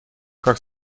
как